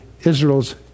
Israel's